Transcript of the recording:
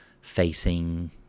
facing